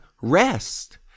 rest